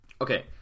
okay